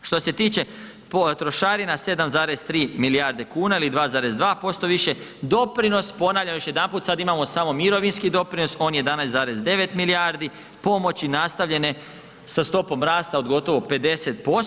Što se tiče trošarina 7,3 milijarde kuna ili 2,2% više doprinosi, ponavljam još jedanput, sad imamo samo mirovinski doprinos on je 11,9 milijardi, pomoći nastavljene sa stopom rasta od gotovo 50%